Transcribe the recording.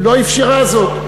לא אפשרה זאת.